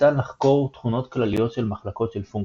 ניתן לחקור תכונות כלליות של מחלקות של פונקציות.